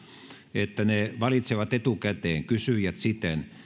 että ne valitsevat etukäteen kysyjät siten